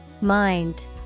Mind